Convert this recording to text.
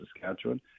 Saskatchewan